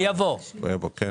זה יבוא לדיון.